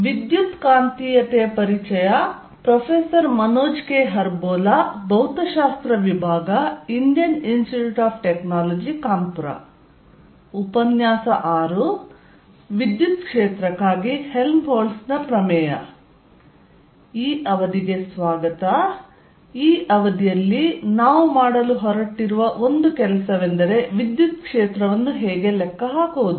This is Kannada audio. ವಿದ್ಯುತ್ ಕ್ಷೇತ್ರ ಕ್ಕಾಗಿ ಹೆಲ್ಮ್ ಹೋಲ್ಟ್ಸ್ ನ ಪ್ರಮೇಯ ನಾವು ಮಾಡಲು ಹೊರಟಿರುವ ಒಂದು ಕೆಲಸವೆಂದರೆ ವಿದ್ಯುತ್ ಕ್ಷೇತ್ರವನ್ನು ಹೇಗೆ ಲೆಕ್ಕಹಾಕುವುದು